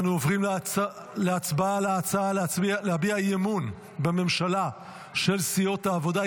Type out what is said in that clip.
אנו עוברים להצבעה על ההצעה להביע אי-אמון בממשלה של סיעות העבודה,